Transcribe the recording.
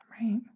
Right